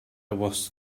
was